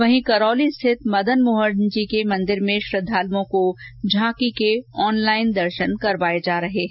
वहीं करौली स्थित मदन मोहन जो के मंदिर में श्रद्धालुओं को झांकी के ऑनलाइन दर्शन करवाए जा रह रहे हैं